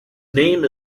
name